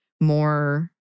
more